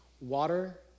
Water